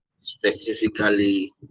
specifically